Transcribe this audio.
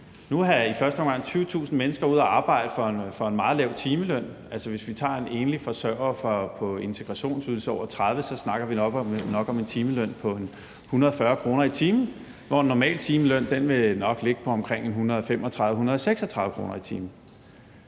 vil man i første omgang have 20.000 mennesker ud at arbejde for en meget lav timeløn. Hvis vi tager en enlig forsørger over 30 år på integrationsydelse, snakker vi nok om en timeløn på omkring 140 kr. i timen, hvor en normal timeløn nok vil ligge på omkring 135-136 kr. i timen.